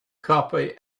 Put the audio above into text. copy